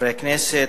חברי הכנסת,